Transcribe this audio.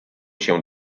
się